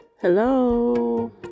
Hello